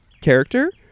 character